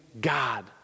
God